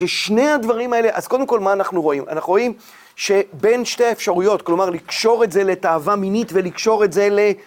שני הדברים האלה, אז קודם כל מה אנחנו רואים? אנחנו רואים שבין שתי האפשרויות, כלומר לקשור את זה לתאווה מינית ולקשור את זה ל...